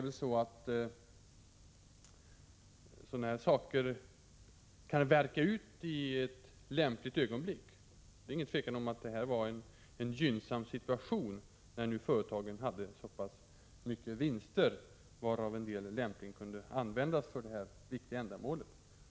En sådan här tanke kan dock få vänta till det lämpliga ögonblicket kommer, och det är inget tvivel om att det var ett gynnsamt tillfälle i det läge där företagen hade så stora vinster att redovisa, varav en del lämpligen kunde användas för de här viktiga ändamålen.